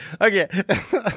okay